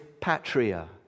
patria